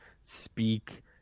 speak